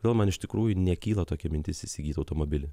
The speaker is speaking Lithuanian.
gal man iš tikrųjų nekyla tokia mintis įsigyt automobilį